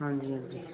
हां जी हां जी